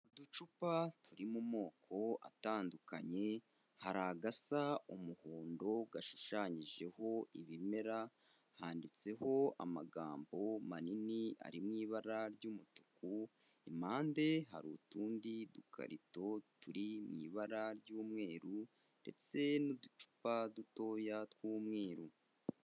Uducupa turi mu moko atandukanye, hari agasa umuhondo gashushanyijeho ibimera handitseho amagambo manini ari mu ibara ry'umutuku, impande hari utundi dukarito turi mu ibara ry'umweru ndetse n'uducupa dutoya tw'umweru.